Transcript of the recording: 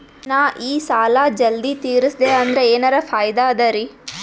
ನಾ ಈ ಸಾಲಾ ಜಲ್ದಿ ತಿರಸ್ದೆ ಅಂದ್ರ ಎನರ ಫಾಯಿದಾ ಅದರಿ?